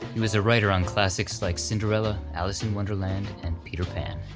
he was a writer on classics like cinderella, alice in wonderland, and peter pan.